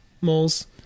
moles